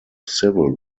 civil